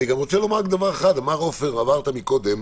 אמרת קודם,